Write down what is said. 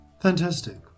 Fantastic